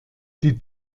die